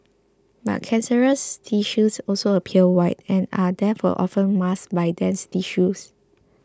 but cancerous tissues also appear white and are therefore often masked by dense tissues